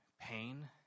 pain